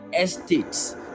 estates